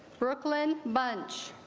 brooklyn bunche